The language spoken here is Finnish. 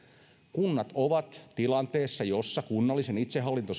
kunnat ovat tilanteessa jossa kunnallinen itsehallinto